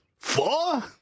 Four